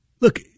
look